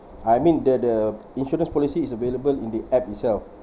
I mean that the insurance policy is available in the app itself